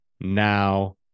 now